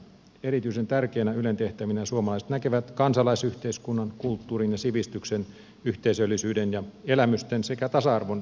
erityisen tärkeinä ylen tehtävinä suomalaiset näkevät kansalaisyhteiskunnan kulttuurin ja sivistyksen yhteisöllisyyden ja elämysten sekä tasa arvon edistämisen